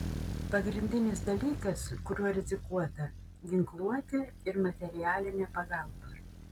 pagrindinis dalykas kuriuo rizikuota ginkluotė ir materialinė pagalba